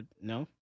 no